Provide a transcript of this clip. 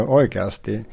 oikeasti